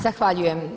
Zahvaljujem.